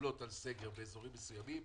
שמתקבלות על סגר באזורים מסוימים,